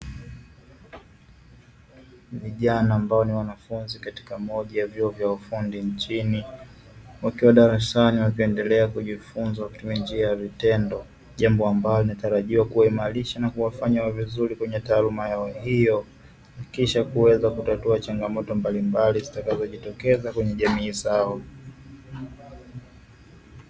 Vijana ambao ni wanafunzi katika moja ya vyuo vya ufundi nchini. Wakiwa darasani wakiendelea kujifunza watu njia ya vitendo. Jambo ambalo linatarajiwa kuimarisha na kuwafanya wawe vizuri kwenye taaluma yao hiyo. Kisha kuweza kutatua changamoto mbalimbali zitakazojitokeza kwenye jamii zao.